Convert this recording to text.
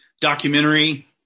documentary